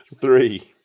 three